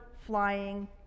flying